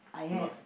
no